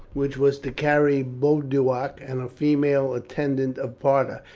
which was to carry boduoc and a female attendant of parta,